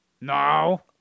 No